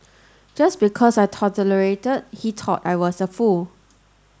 just because I tolerated he thought I was a fool